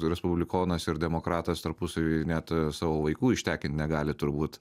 respublikonas ir demokratas tarpusavy net savo vaikų ištekint negali turbūt